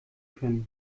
können